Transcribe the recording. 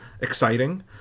exciting